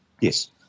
Yes